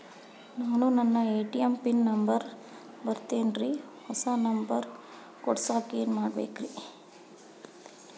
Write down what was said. ನಾನು ನನ್ನ ATM pin number ಮರ್ತೇನ್ರಿ, ಹೊಸಾ ನಂಬರ್ ಕುಡಸಾಕ್ ಏನ್ ಮಾಡ್ಬೇಕ್ರಿ?